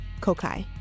Kokai